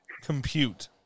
compute